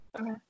Okay